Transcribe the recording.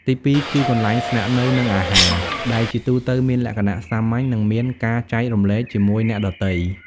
ទីពីរគឺ កន្លែងស្នាក់នៅ និងអាហារ ដែលជាទូទៅមានលក្ខណៈសាមញ្ញនិងមានការចែករំលែកជាមួយអ្នកដទៃ។